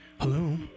Hello